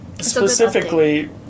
Specifically